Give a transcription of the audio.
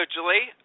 Julie